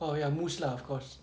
oh ya muz lah of course